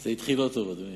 זה התחיל לא טוב, אדוני.